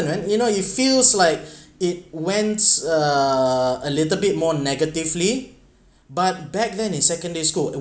and you know it feels like it went uh a little bit more negatively but back then in secondary school